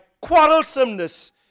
quarrelsomeness